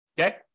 Okay